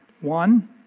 One